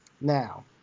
now